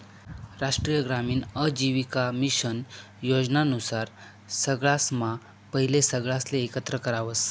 राष्ट्रीय ग्रामीण आजीविका मिशन योजना नुसार सगळासम्हा पहिले सगळासले एकत्र करावस